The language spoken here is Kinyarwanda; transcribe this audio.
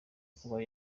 kuba